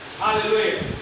Hallelujah